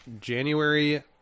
January